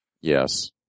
Yes